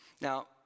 Now